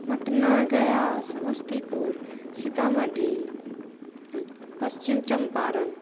Patna Gaya Samastipur Sitamarhi Paschim Champaran